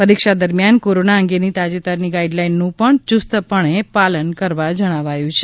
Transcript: પરીક્ષા દરમ્યાન કોરોના અંગેની તાજેતરની ગાઇડલાઈનનું યુસ્તપણે પાલન કરવા પણ જણાવાયું છે